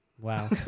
Wow